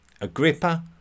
Agrippa